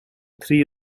three